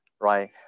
right